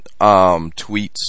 Tweets